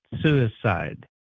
suicide